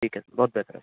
ٹھیک ہے بہت بہتر